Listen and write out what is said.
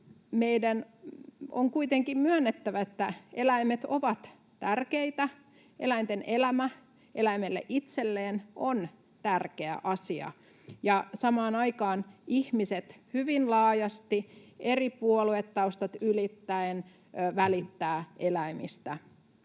on kuitenkin myönnettävä, että eläimet ovat tärkeitä, eläinten elämä eläimille itselleen on tärkeä asia ja samaan aikaan ihmiset hyvin laajasti eri puoluetaustat ylittäen välittävät eläimistä